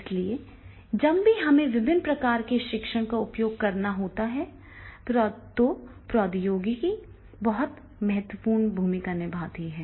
इसलिए जब भी हमें विभिन्न प्रकार के शिक्षण का उपयोग करना होता है तो प्रौद्योगिकी बहुत महत्वपूर्ण भूमिका निभाती है